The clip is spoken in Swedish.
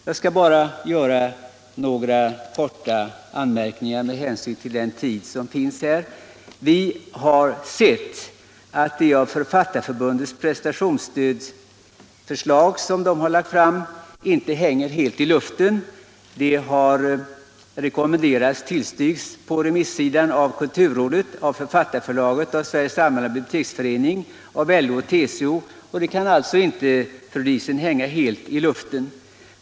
Jag skall göra ytterligare bara några mycket korta anmärkningar med hänsyn till min begränsade tid. Det prestationsstödsförslag som Författarförbundet lagt fram hänger inte helt i luften. Det har på remissidan tillstyrkts av kulturrådet, Författarförlaget, Sveriges allmänna biblioteksförening, LO och TCO.